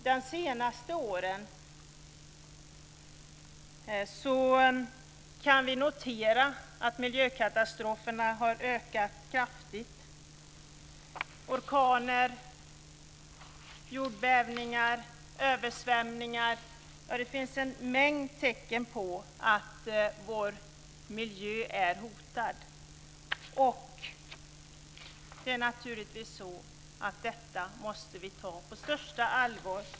De senaste åren har vi kunnat notera att miljökatastroferna har ökat kraftigt med orkaner, jordbävningar, översvämningar - ja, det finns en mängd tecken på att vår miljö är hotad. Detta måste vi naturligtvis ta på största allvar.